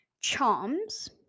Charms